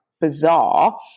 bizarre